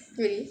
really